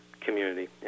community